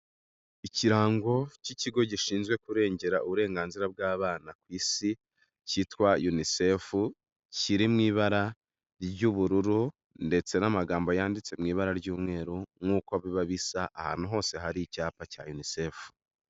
Ikirango k'ikigo gishinzwe kurengera uburenganzira bw'abana ku isi, kitwa Unicef kiri mu ibara ry'ubururu ndetse n'amagambo yanditswe mu ibara ry'umweru nk'uko biba bisa ahantu hose hari icyapa cya Unicef.